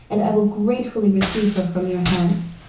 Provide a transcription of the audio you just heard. and i will gratefully receive her from your hands.